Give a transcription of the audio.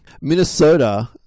Minnesota